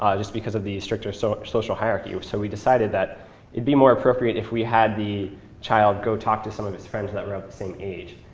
um just because of the stricter so social hierarchy. so we decided that it'd be more appropriate if we had the child go talk to some of his friends that were of the same age.